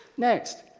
next,